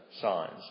signs